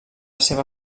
seva